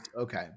Okay